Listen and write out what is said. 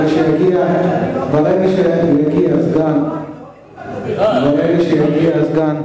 ברגע שסגן השר יגיע, אין לי מה לדבר.